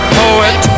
poet